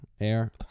air